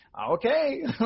okay